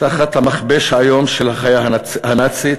תחת המכבש האיום של החיה הנאצית,